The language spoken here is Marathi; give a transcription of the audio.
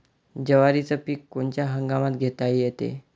जवारीचं पीक कोनच्या हंगामात घेता येते?